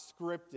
scripted